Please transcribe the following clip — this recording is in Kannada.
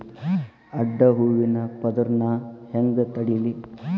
ಅಡ್ಡ ಹೂವಿನ ಪದರ್ ನಾ ಹೆಂಗ್ ತಡಿಲಿ?